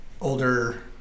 older